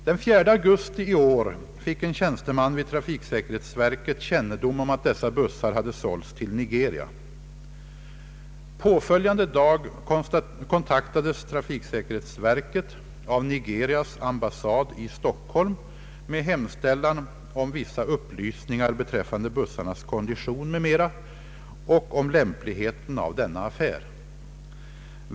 Den 4 augusti i år fick en tjänsteman vid trafiksäkerhetsverket kännedom om att dessa bussar sålts till Nigeria, Påföljande dag kontaktades trafiksäkerhetsverket av Nigerias ambassad i Stockholm med hemställan om vissa upplysningar beträffande <bussarnas kondition m.m. och om lämpligheten av denna affär.